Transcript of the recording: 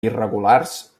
irregulars